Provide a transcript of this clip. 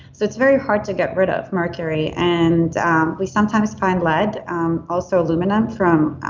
so it's very hard to get rid of mercury. and um we sometimes find lead um also aluminum from.